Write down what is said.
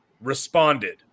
responded